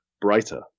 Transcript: brighter